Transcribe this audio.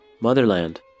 Motherland